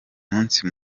munsi